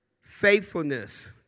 Faithfulness